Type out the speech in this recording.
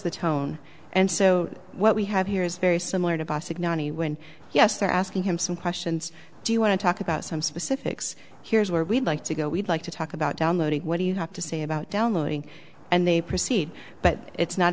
the tone and so what we have here is very similar to bostik nonny when yes they're asking him some questions do you want to talk about some specifics here's where we'd like to go we'd like to talk about downloading what do you have to say about downloading and they proceed but it's not